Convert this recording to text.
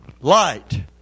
Light